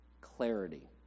clarity